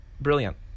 brilliant